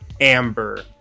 Amber